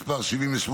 (תיקון מס' 78),